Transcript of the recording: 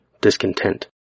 discontent